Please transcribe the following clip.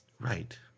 Right